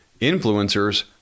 Influencers